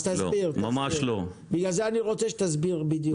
אז תסביר, בגלל זה אני רוצה שתסביר בדיוק.